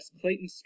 Clayton